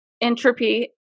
entropy